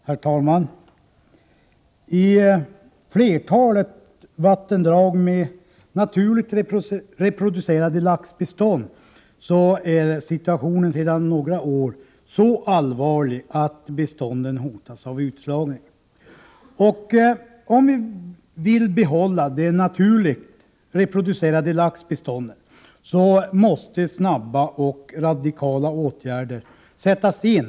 Herr talman! I flertalet vattendrag med bestånd av naturreproducerande lax är situationen sedan några år så allvarlig att bestånden hotas av utslagning. Om vi vill behålla de naturligt reproducerande laxbestånden måste snabba och radikala åtgärder sättas in.